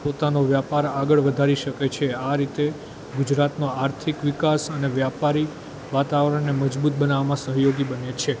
પોતાનો વ્યાપાર આગળ વધારી શકે છે આ રીતે ગુજરાતનો આર્થિક વિકાસ અને વ્યાપારી વાતાવરણને મજબૂત બનાવામાં સહયોગી બને છે